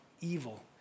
evil